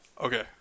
Okay